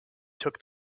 took